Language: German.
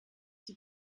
sie